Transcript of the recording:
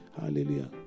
hallelujah